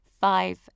Five